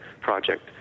project